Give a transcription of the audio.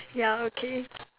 ya okay